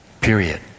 Period